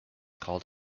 called